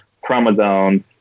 chromosomes